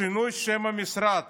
שינוי שם המשרד